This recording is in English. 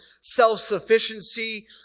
self-sufficiency